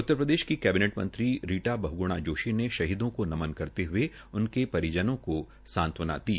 उत्रप्रदेश की कैबिनेट मंत्री रीटा बहग्णा जोशी ने शहीदों को नमन करते हये उनके परिवारजनों को सांत्वना दी